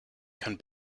can